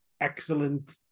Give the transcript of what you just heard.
excellent